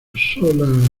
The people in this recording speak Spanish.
sola